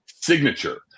signature